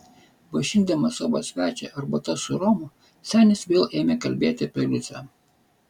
vaišindamas savo svečią arbata su romu senis vėl ėmė kalbėti apie liucę